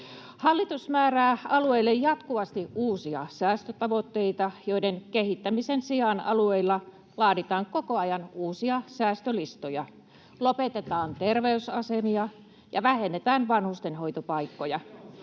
Hallitus määrää alueille jatkuvasti uusia säästötavoitteita, joten kehittämisen sijaan alueilla laaditaan koko ajan uusia säästölistoja: lopetetaan terveysasemia ja vähennetään vanhustenhoitopaikkoja.